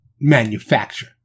manufacture